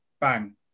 bang